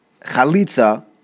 Chalitza